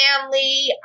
family